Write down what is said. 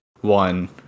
one